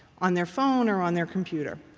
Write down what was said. on their phone or on their computer.